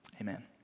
Amen